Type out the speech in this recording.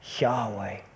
Yahweh